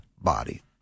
body